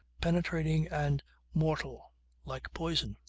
penetrating and mortal like poison.